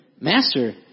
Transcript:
Master